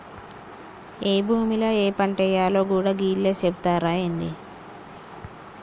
ఏ భూమిల ఏ పంటేయాల్నో గూడా గీళ్లే సెబుతరా ఏంది?